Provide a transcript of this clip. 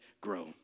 grow